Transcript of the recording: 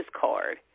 card